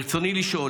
ברצוני לשאול: